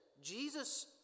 Jesus